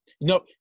No